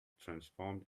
transformed